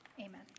amen